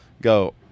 go